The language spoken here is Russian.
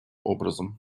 образом